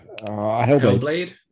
Hellblade